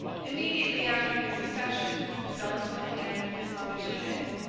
immediately after his accession, he fell into the hands of his mother's eunuchs,